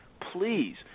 please